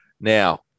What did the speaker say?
Now